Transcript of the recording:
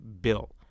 bill